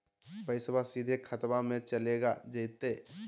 पैसाबा सीधे खतबा मे चलेगा जयते?